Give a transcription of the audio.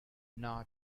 not